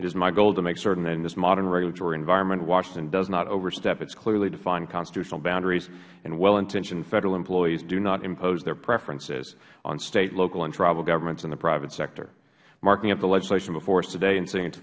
is my goal to make certain that in this modern regulatory environment washington does not overstep its clearly defined constitutional boundaries and well intentioned federal employees do not impose their preferences on state local and tribal governments and the private sector marking up the legislation before us today and seeing it